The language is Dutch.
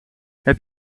heb